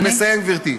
אני מסיים, גברתי.